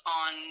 on